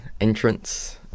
entrance